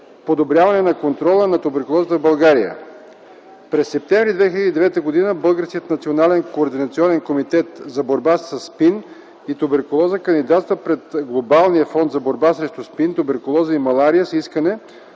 „Подобряване на контрола на туберкулозата в България” . През септември 2009 г. Българският национален координационен комитет за борба със СПИН и туберкулоза кандидатства пред Глобалния фонд за борба срещу СПИН, туберкулоза и малария с искане